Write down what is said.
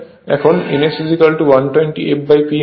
এখন n S120 fP হবে